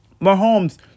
Mahomes